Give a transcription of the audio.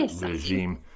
regime